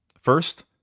First